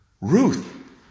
Ruth